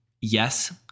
Yes